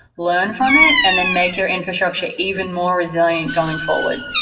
learn from it and then make your infrastructure even more resilient going forward.